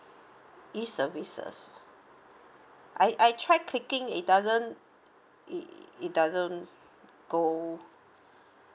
E services I I tried clicking it doesn't it it doesn't go